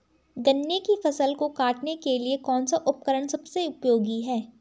गन्ने की फसल को काटने के लिए कौन सा उपकरण सबसे उपयोगी है?